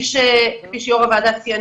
כפי שיו"ר הוועדה ציין,